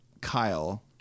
Kyle